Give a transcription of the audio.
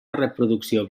reproducció